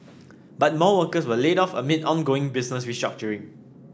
but more workers were laid off amid ongoing business restructuring